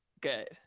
good